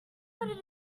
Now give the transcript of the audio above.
but